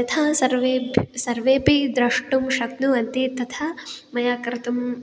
यथा सर्वेप् सर्वेऽपि द्रष्टुं शक्नुवन्ति तथा मया कर्तुम्